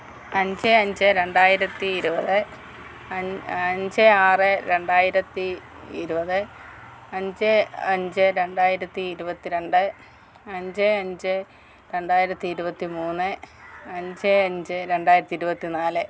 അഞ്ച് അഞ്ച് രണ്ടായിരത്തി ഇരുപത് അൻ അഞ്ച് ആറ് രണ്ടായിരത്തി ഇരുപത് അഞ്ച് അഞ്ച് രണ്ടായിരത്തി ഇരുപത്തിരണ്ട് അഞ്ച് അഞ്ച് രണ്ടായിരത്തി ഇരുപത്തി മൂന്ന് അഞ്ച് അഞ്ച് രണ്ടായിരത്തി ഇരുപത്തി നാല്